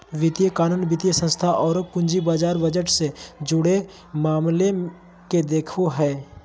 वित्तीय कानून, वित्तीय संस्थान औरो पूंजी बाजार बजट से जुड़े मामले के देखो हइ